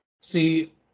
See